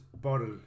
bottle